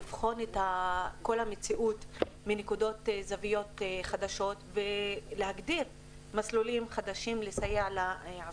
לבחון את המציאות מזוויות חדשות ולהגדיר מסלולים חדשים לסיוע לעסקים.